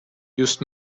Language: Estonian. just